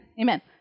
amen